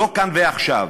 לא כאן ועכשיו,